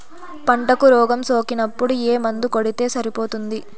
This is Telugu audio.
పంటకు రోగం సోకినపుడు ఏ మందు కొడితే సరిపోతుంది?